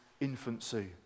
infancy